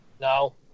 No